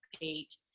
page